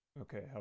okay